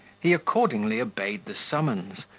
he accordingly obeyed the summons,